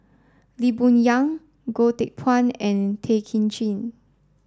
Lee Boon Yang Goh Teck Phuan and Tay Kay Chin